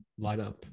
lineup